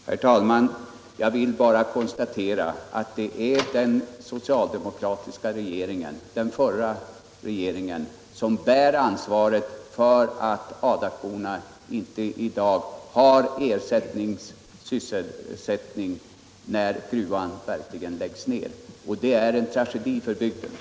Herr talman! Jag vill bara konstatera att det är den förra regeringen som bär ansvaret för att Adakborna ännu inte har fått någon ny sysselsättning när gruvan verkligen läggs ner, och det är en tragedi för bygden.